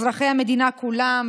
אזרחי המדינה כולם,